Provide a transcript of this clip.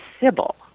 Sybil